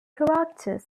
characters